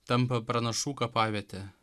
tampa pranašų kapaviete